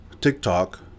TikTok